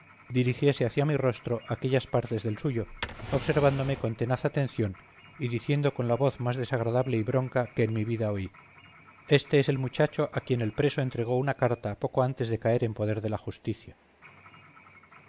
dirigiese hacia mi rostro aquellas partes del suyo observándome con tenaz atención y diciendo con la voz más desagradable y bronca que en mi vida oí este es el muchacho a quien el preso entregó una carta poco antes de caer en poder de la justicia